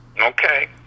Okay